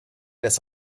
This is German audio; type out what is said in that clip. des